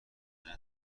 دنیا